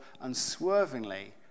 unswervingly